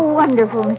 wonderful